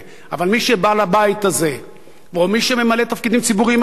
אבל מי שבא לבית הזה או מי שממלא תפקידים ציבוריים אחרים